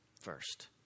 first